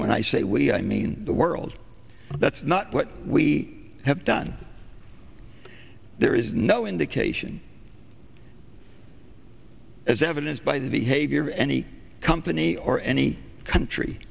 when i say we i mean the world that's not what we have done there is no indication as evidence by the behavior of any company or any country